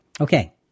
Okay